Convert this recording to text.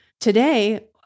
Today